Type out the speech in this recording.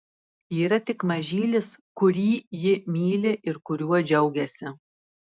yra tik mažylis kurį ji myli ir kuriuo džiaugiasi